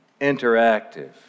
interactive